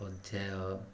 ପର୍ଯ୍ୟାୟ